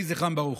יהי זכרם ברוך.